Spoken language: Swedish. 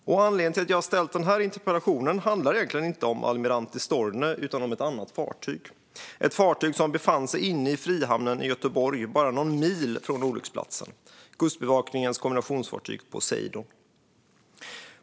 Anledningen till att jag har ställt den här interpellationen är egentligen inte Almirante Storni utan ett annat fartyg. Det gäller ett fartyg som befann sig inne i Frihamnen i Göteborg, bara någon mil från olycksplatsen: Kustbevakningens kombinationsfartyg Poseidon.